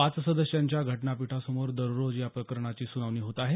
पाच सदस्यांच्या घटनापीठासमोर दररोज या प्रकरणाची सुनावणी होत आहे